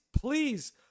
please